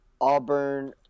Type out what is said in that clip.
Auburn